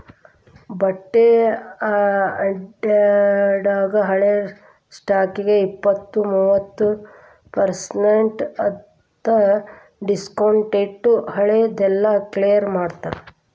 ಬಟ್ಟಿ ಅಂಗ್ಡ್ಯಾಗ ಹಳೆ ಸ್ಟಾಕ್ಗೆ ಇಪ್ಪತ್ತು ಮೂವತ್ ಪರ್ಸೆನ್ಟ್ ಅಂತ್ ಡಿಸ್ಕೊಂಟ್ಟಿಟ್ಟು ಹಳೆ ದೆಲ್ಲಾ ಕ್ಲಿಯರ್ ಮಾಡ್ತಾರ